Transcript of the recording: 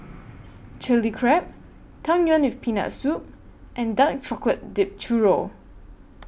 Chili Crab Tang Yuen with Peanut Soup and Dark Chocolate Dipped Churro